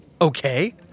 Okay